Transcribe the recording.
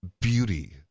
beauty